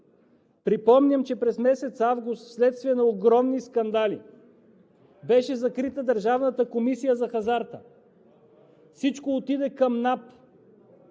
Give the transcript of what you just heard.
Припомням, че през месец август – вследствие на огромни скандали, беше закрита Държавната комисия по хазарта. Всичко отиде към НАП.